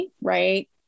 right